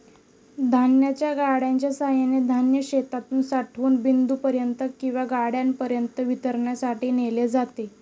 धान्याच्या गाड्यांच्या सहाय्याने धान्य शेतातून साठवण बिंदूपर्यंत किंवा गाड्यांमध्ये वितरणासाठी नेले जाते